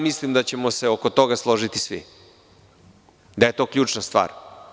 Mislim da ćemo se oko toga svi složiti, da je to ključna stvar.